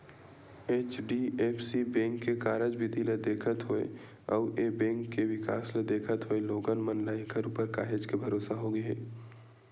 HDFC bank के कारज बिधि ल देखत होय अउ ए बेंक के बिकास ल देखत होय लोगन मन ल ऐखर ऊपर काहेच के भरोसा होगे हे